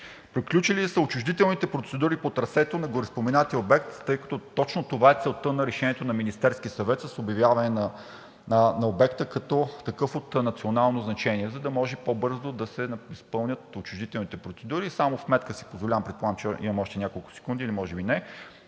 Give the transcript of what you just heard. Приключили ли са отчуждителните процедури по трасето на гореспоменатия обект, тъй като точно това е целта на решението на Министерски съвет с обявяване на обекта като такъв от национално значение, за да може по-бързо да се изпълнят отчуждителните процедури? И само вметка си позволявам. Предполагам, че имам още няколко секунди или може би не